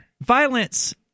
Violence